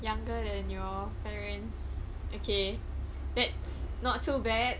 younger than your parents okay that's not too bad